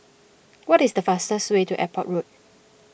what is the fastest way to Airport Road